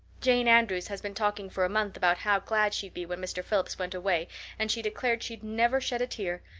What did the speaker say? jane andrews has been talking for a month about how glad she'd be when mr. phillips went away and she declared she'd never shed a tear.